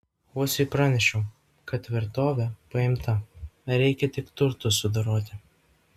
uosiui pranešiau kad tvirtovė paimta reikia tik turtus sudoroti